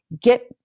get